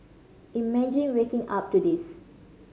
imagine waking up to this